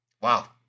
Wow